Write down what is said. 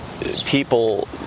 people